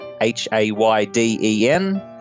H-A-Y-D-E-N